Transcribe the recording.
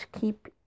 Keep